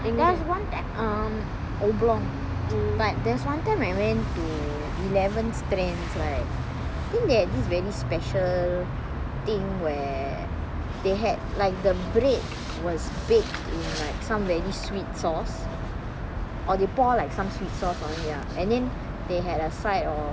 there's one at um oblong but there's one time I went to eleven strands right think there's this very special thing where they had like the bread was baked in like some very sweet sauce or they poured like some sweet sauce on it lah and then they had a side or